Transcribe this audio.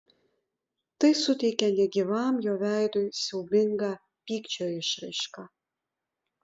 tai suteikė negyvam jo veidui siaubingą pykčio išraišką